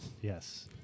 Yes